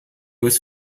was